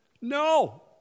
no